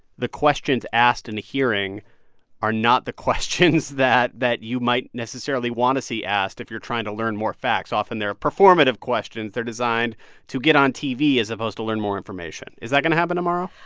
the questions asked in the hearing are not the questions that that you might necessarily want to see asked if you're trying to learn more facts. often, they're performative questions. they're designed to get on tv as opposed to learn more information. is that going to happen tomorrow?